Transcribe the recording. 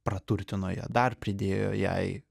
praturtino ją dar pridėjo jai